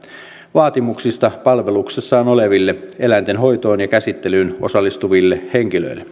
vaatimuksista palveluksessaan oleville eläinten hoitoon ja käsittelyyn osallistuville henkilöille